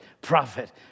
prophet